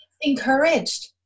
Encouraged